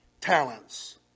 talents